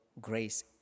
grace